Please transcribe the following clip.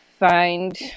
find